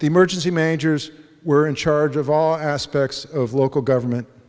the emergency managers were in charge of all aspects of local government